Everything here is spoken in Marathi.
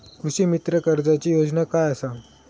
कृषीमित्र कर्जाची योजना काय असा?